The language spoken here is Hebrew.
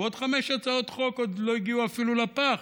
ועוד חמש הצעות חוק לא הגיעו אפילו לפח,